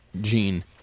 gene